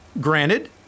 granted